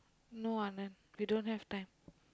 no Anand you don't have time